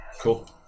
Cool